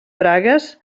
bragues